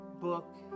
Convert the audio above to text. book